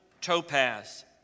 Topaz